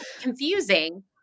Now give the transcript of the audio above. confusing